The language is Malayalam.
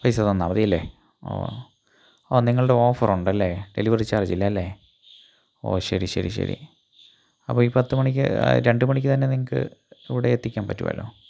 പൈസ തന്നാൽ മതിയല്ലേ ഓ നിങ്ങളുടെ ഓഫർ ഉണ്ടല്ലോ ഡെലിവറി ചാർജ് ഇല്ല അല്ലേ ഓ ശരി ശരി ശരി അപ്പോൾ ഈ പത്ത് മണിക്ക് രണ്ടു മണിക്ക് തന്നെ നിങ്ങൾക്ക് ഇവിടെ എത്തിക്കാൻ പറ്റുമല്ലോ